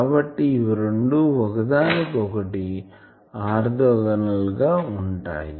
కాబట్టి ఇవి రెండు ఒకదానికి ఒకటి ఆర్తోగోనల్గా ఉంటాయి